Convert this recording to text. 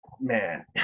man